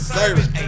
service